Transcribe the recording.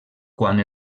quan